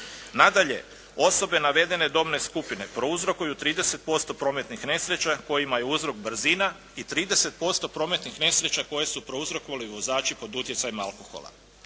Nadalje, osobe navedene dobne skupine prouzrokuju 30% prometnih nesreća kojima je uzrok brzina i 30% prometnih nesreća koje su prouzrokovali vozači pod utjecajem alkohola.